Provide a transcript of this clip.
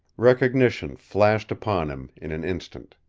recognition flashed upon him in an instant.